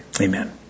amen